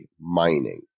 mining